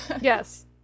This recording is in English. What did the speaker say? Yes